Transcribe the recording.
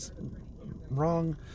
Wrong